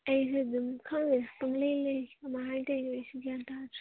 ꯑꯩꯁꯨ ꯑꯗꯨꯝ ꯈꯪꯗꯦ ꯄꯪꯂꯩ ꯂꯩꯔꯤ ꯀꯃꯥꯏꯅ ꯍꯥꯏꯗꯣꯏꯅꯣ ꯑꯩꯁꯨ ꯒ꯭ꯌꯥꯟ ꯇꯥꯗ꯭ꯔꯦ